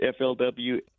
FLW